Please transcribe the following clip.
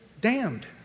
Damned